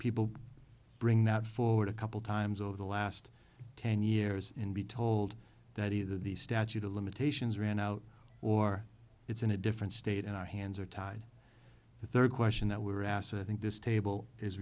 people bring that forward a couple times over the last ten years and be told that either the statute of limitations ran out or it's in a different state and our hands are tied the third question that we were asked i think this table is